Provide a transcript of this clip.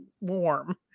warm